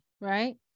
right